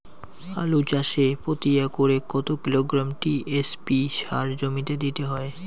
আলু চাষে প্রতি একরে কত কিলোগ্রাম টি.এস.পি সার জমিতে দিতে হয়?